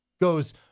goes